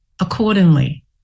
accordingly